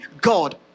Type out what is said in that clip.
God